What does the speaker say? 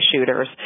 shooters